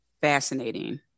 fascinating